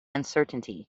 uncertainty